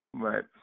Right